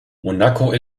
monaco